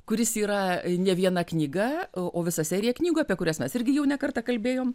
kuris yra ne viena knyga o visa serija knygų apie kurias mes irgi jau ne kartą kalbėjom